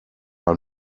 are